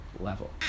level